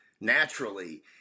naturally